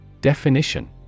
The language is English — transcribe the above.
Definition